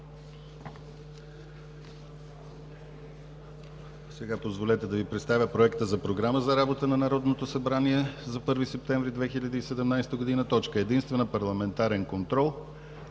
ни! Позволете да Ви представя проекта за „ПРОГРАМА за работата на Народното събрание за 1 септември 2017 г. Точка единствена. Парламентарен контрол,